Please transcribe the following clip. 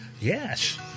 Yes